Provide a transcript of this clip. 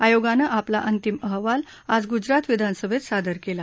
आयोगानं आपला अंतिम अहवाल आज गुजरात विधानसभेत सादर केला